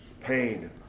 pain